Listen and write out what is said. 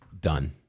done